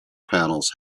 panels